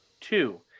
two